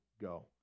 go